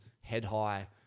head-high